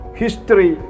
history